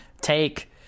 take